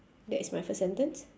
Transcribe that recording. that is my first sentence